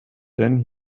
then